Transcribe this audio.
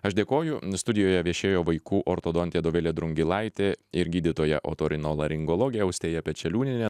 aš dėkoju studijoje viešėjo vaikų ortodontė dovilė drungilaitė ir gydytoja otorinolaringologė austėja pečeliūnienė